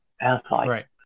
outside